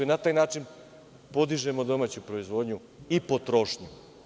Na taj način podižemo domaću proizvodnju i potrošnju.